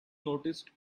noticed